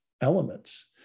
elements